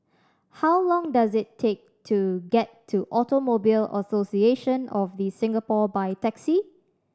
how long does it take to get to Automobile Association of The Singapore by taxi